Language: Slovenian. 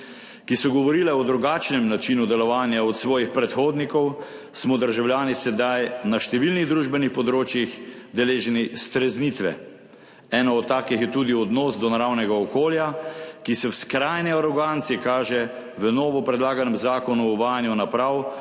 ki so govorile o drugačnem načinu delovanja od svojih predhodnikov, smo državljani sedaj na številnih družbenih področjih deležni streznitve. Ena od takih je tudi odnos do naravnega okolja, ki se v skrajni aroganci kaže v novo predlaganem Zakonu o uvajanju naprav